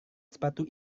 sepatu